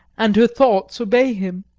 and her thoughts obey him.